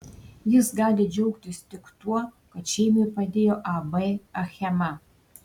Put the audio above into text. jis gali džiaugtis tik tuo kad šeimai padėjo ab achema